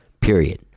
period